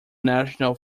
national